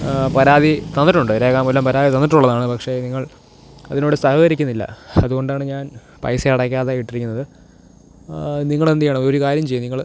പരാതി തന്നിട്ടുണ്ട് രേഖാമൂലം പരാതി തന്നിട്ടുള്ളതാണ് പക്ഷെ നിങ്ങള് അതിനോട് സഹകരിക്കുന്നില്ല അതുകൊണ്ടാണ് ഞാന് പൈസ അടയ്ക്കാതെ ഇട്ടിരിക്കുന്നത് നിങ്ങളെന്ത് ചെയ്യണം ഒരു കാര്യം ചെയ് നിങ്ങള്